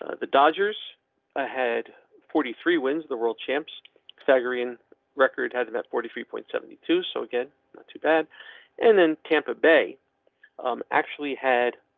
ah the dodgers ahead forty three wins the world champs pythagorean record hasn't forty three point seven two, so again, not too bad and then tampa bay um actually had.